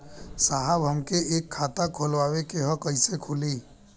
साहब हमके एक खाता खोलवावे के ह कईसे खुली?